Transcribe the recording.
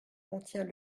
contient